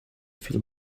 feel